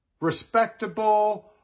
respectable